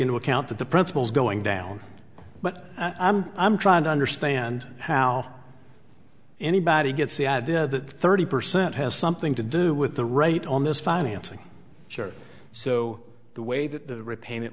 into account that the principles going down but i'm trying to understand how anybody gets the idea that thirty percent has something to do with the rate on this financing chair so the way that the repayment